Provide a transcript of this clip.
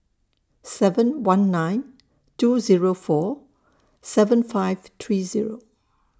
seven one nine two Zero four seven five three Zero